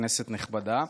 כנסת נכבדה,